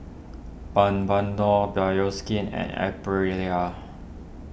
Bioskin and Aprilia